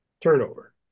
turnover